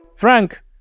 Frank